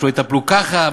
ושלא יטפלו ככה,